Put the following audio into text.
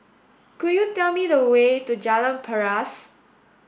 could you tell me the way to Jalan Paras